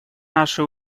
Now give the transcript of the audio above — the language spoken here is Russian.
наши